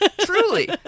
truly